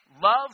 love